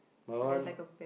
my one